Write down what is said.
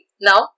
now